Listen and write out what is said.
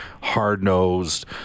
hard-nosed